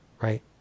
right